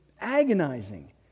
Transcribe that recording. agonizing